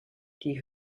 die